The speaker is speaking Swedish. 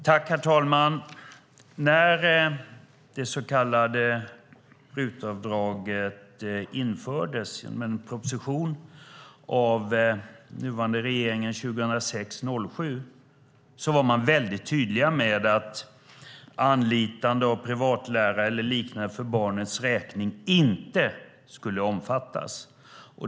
Herr talman! När det så kallade RUT-avdraget infördes genom en proposition under riksmötet 2006/07 var regeringen tydlig med att anlitande av privatlärare eller liknande för barnets räkning inte skulle omfattas.